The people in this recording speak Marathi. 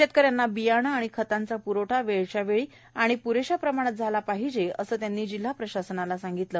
शेतकऱ्यांना बियाणं आणि खतांचा प्रवठा वेळच्यावेळी आणि प्रेशा प्रमाणात झाला पाहिजे असं त्यांनी जिल्हा प्रशासनाला बजावलं